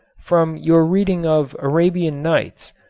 from your reading of arabian nights,